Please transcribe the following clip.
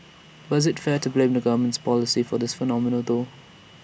but is IT fair to blame the government's policy for this phenomenon though